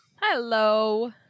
Hello